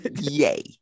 Yay